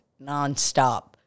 nonstop